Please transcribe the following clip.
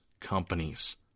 companies